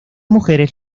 mujeres